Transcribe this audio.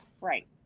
Right